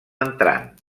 entrant